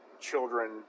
children